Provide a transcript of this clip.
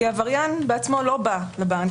כי עבריין בעצמו לא בא לבנק.